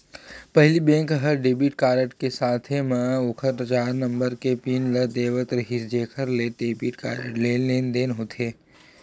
पहिली बेंक ह debit card के साथे म ओखर चार नंबर के पिन ल देवत रिहिस जेखर ले डेबिट कारड ले लेनदेन होथे